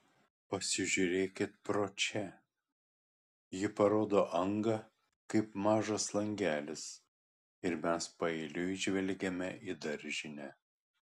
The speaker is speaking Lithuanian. pasižiūrėkit pro čia ji parodo angą kaip mažas langelis ir mes paeiliui žvelgiame į daržinę